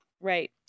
Right